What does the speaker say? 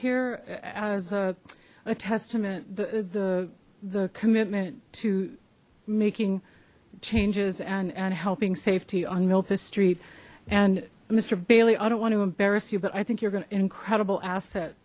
here as a testament the the commitment to making changes and and helping safety on memphis street and mister bailey i don't want to embarrass you but i think you're an incredible asset